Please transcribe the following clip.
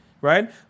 right